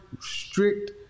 strict